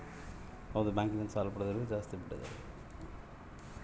bank ನಲ್ಲಿ ಸಾಲ ಪಡೆದವರಿಗೆ ಜಾಸ್ತಿ ಬಡ್ಡಿ ದರ ಇರುತ್ತದೆ